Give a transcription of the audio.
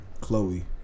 Chloe